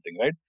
right